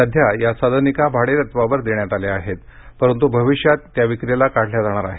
सध्या या सदनिका भाडेतत्त्वावर देण्यात आल्या आहेत परंतु भविष्यात या विक्रीला काढल्या जाणार आहेत